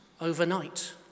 overnight